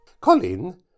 Colin